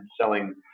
selling